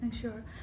Sure